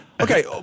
Okay